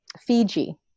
Fiji